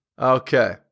Okay